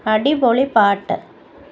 അടിപൊളി പാട്ട്